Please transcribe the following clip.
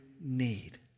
need